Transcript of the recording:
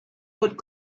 could